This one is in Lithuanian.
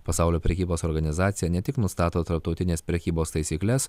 pasaulio prekybos organizacija ne tik nustato tarptautinės prekybos taisykles